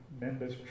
members